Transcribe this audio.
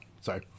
Sorry